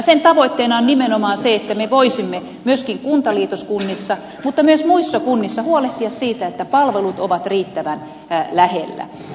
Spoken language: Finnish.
sen tavoitteena on nimenomaan se että me voisimme myöskin kuntaliitoskunnissa mutta myös muissa kunnissa huolehtia siitä että palvelut ovat riittävän lähellä